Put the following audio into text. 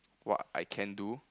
what I can do